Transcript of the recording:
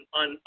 on